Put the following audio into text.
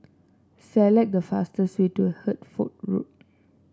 select the fastest way to Hertford Road